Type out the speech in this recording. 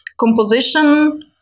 composition